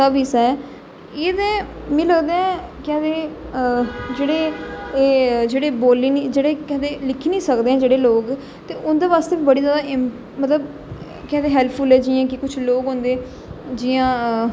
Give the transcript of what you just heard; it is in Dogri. सर्बिस ऐ एह् ते इयां लगदा ऐ केह् आक्खदे जेहडे़ बोली नेई जेहडे़ केह् आक्खदे लिखी नेई सकदे हैन जेहडे़ लोक ते उंदे आस्ते बड़ी ज्यादा मतलब केह् आक्खदे हैल्पफुल ऐ जियां कि कुछ लोक होंदे जियां